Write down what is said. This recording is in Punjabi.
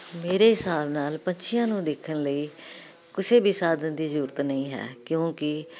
ਮੇਰੇ ਹਿਸਾਬ ਨਾਲ ਪੰਛੀਆਂ ਨੂੰ ਦੇਖਣ ਲਈ ਕਿਸੇ ਵੀ ਸਾਧਨ ਦੀ ਜਰੂਰਤ ਨਹੀਂ ਹੈ ਕਿਉਂਕਿ